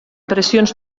pressions